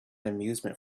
amusement